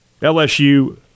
LSU